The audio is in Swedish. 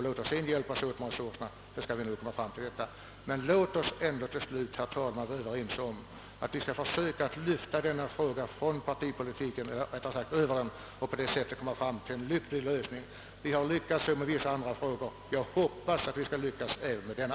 Låt oss ändå till slut, herr talman, vara överens om att vi skall försöka lyfta denna fråga från det partipolitiska planet och på så vis komma fram till en lycklig lösning. Vi har lyckats med vissa andra frågor, och jag hoppas att vi skall lyckas även med denna.